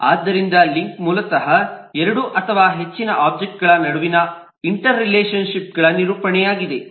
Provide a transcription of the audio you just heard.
ಆದ್ದರಿಂದ ಲಿಂಕ್ ಮೂಲತಃ ಎರಡು ಅಥವಾ ಹೆಚ್ಚಿನ ಒಬ್ಜೆಕ್ಟ್ಗಳ ನಡುವಿನ ಇಂಟರ್ರಿಲೇಶನ್ ಶಿಪ್ಗಳ ನಿರೂಪಣೆಯಾಗಿದೆ